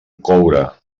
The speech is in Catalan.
coure